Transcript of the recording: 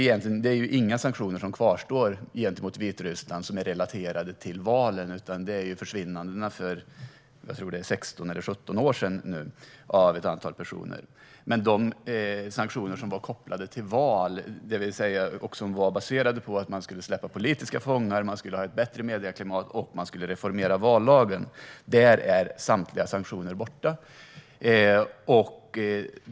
Egentligen kvarstår inga sanktioner relaterade till valen mot Vitryssland, utan det gäller försvinnandena av ett antal personer för 16 eller 17 år sedan. Samtliga sanktioner som var kopplade till val, och som var baserade på att landet skulle släppa politiska fångar, ha ett bättre medieklimat och reformera vallagen, är borta.